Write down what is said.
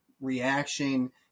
reaction